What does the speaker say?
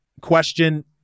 question